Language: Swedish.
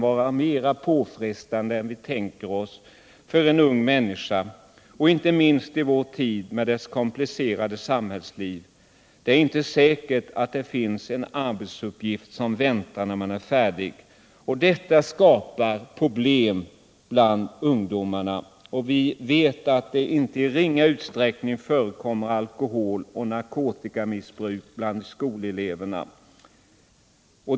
vara mer påfrestande än man tänker sig för en ung människa, inte minst i vår tid med dess komplicerade samhällsliv. Det är inte säkert att det finns en arbetsuppgift som väntar när man är färdig, och det skapar problem bland ungdomarna. Vi vet att det i inte ringa utsträckning förekommer alkoholoch narkotikamissbruk bland skoleleverna.